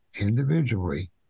individually